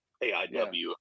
AIW